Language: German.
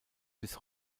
bis